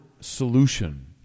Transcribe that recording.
solution